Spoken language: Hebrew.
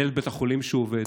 מנהל בית החולים שהוא עובד,